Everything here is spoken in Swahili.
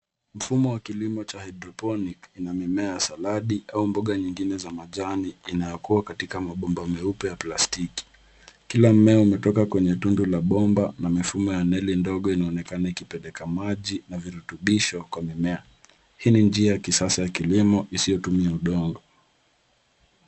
Mfumo wa kilimo cha hydroponic una mimea ya saladi au mboga nyingine za majani inayokua katika mabomba meupe ya plastiki. Kila mmea umetoka kwenye tundu la bomba na mifumo ya neli ndogo inaonekana ikipeleka maji na virutubisho kwa mimea. Hii ni njia ya kisasa ya kilimo isiyotumia udongo.